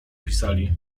pisali